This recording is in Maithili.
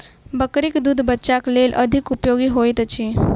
बकरीक दूध बच्चाक लेल अधिक उपयोगी होइत अछि